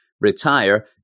retire